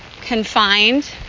confined